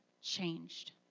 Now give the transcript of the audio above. changed